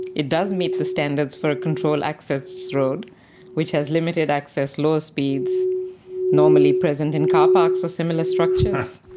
it does meet the standards for a controlled access road which has limited access low speeds normally present in carparks or similar structures.